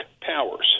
powers